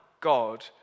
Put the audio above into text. God